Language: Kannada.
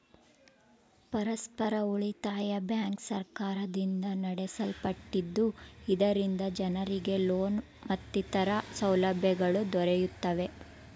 ಪರಸ್ಪರ ಉಳಿತಾಯ ಬ್ಯಾಂಕ್ ಸರ್ಕಾರದಿಂದ ನಡೆಸಲ್ಪಟ್ಟಿದ್ದು, ಇದರಿಂದ ಜನರಿಗೆ ಲೋನ್ ಮತ್ತಿತರ ಸೌಲಭ್ಯಗಳು ದೊರೆಯುತ್ತವೆ